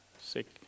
sick